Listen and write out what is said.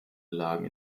lagen